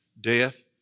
Death